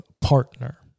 partner